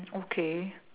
okay